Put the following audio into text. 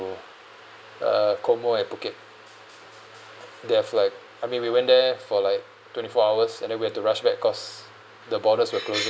uh COMO in phuket they have like I mean we went there for like twenty four hours and then we have to rush back cause the borders were closing